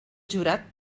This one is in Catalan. jurat